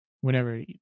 whenever